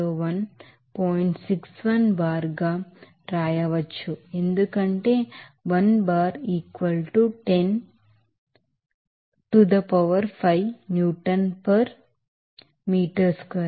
61 bar గా bar గా రాయవచ్చు ఎందుకంటే 1 bar 10 10 to the power 5 newton per meter squared